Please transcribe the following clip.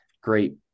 great